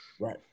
Right